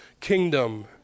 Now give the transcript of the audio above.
kingdom